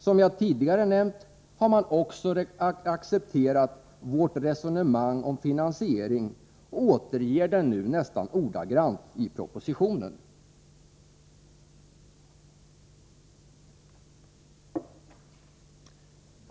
Som jag förut har nämnt har man också accepterat vårt resonemang om finansiering och återger det nu nästan ordagrant i propositionen.